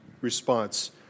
response